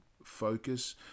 focus